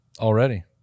Already